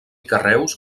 carreus